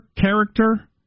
character